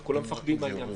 הרי כולם מפחדים מהעניין,